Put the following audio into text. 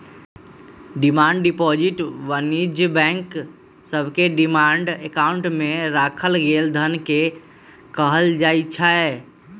demand deposit वाणिज्यिक bank सभके demand account में राखल गेल धन के कहल जाइ छै